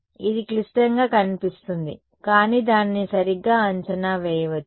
ఇది క్లిష్టంగా కనిపిస్తుంది కానీ దానిని సరిగ్గా అంచనా వేయవచ్చు